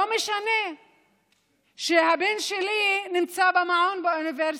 לא משנה שהבן שלי נמצא במעונות באוניברסיטה,